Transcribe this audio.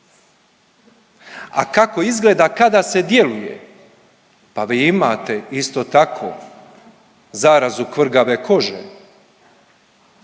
A kako izgleda kada se djeluje, pa vi imate isto tako zarazu kvrgave kože